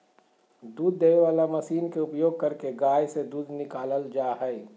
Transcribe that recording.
दूध देबे वला मशीन के उपयोग करके गाय से दूध निकालल जा हइ